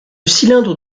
cylindre